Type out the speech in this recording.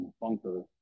bunker